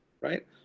Right